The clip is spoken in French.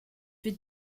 fait